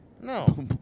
No